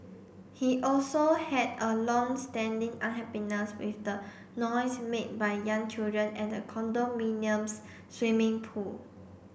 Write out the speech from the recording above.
he also had a long standing unhappiness with the noise made by young children at the condominium's swimming pool